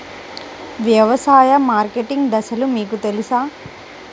వ్యవసాయ మార్కెటింగ్ దశలు మీకు తెలుసా?